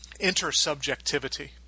intersubjectivity